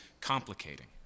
complicating